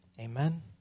Amen